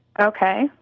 Okay